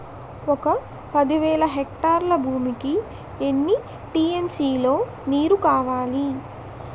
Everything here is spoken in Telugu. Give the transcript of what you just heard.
ఒక పది వేల హెక్టార్ల భూమికి ఎన్ని టీ.ఎం.సీ లో నీరు కావాలి?